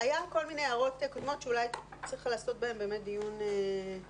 היו כל מיני הערות קודמות שאולי צריך לעשות בהן באמת דיון מחודש,